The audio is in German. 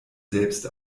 selbst